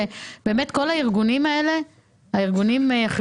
שכל הארגונים החברתיים,